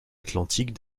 atlantique